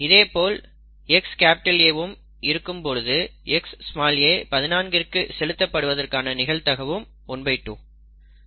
அதேபோல் XA வும் இருக்கும் பொழுது Xa 14 கிற்கு செலுத்தப் படுவதற்காண நிகழ்தகவும் 12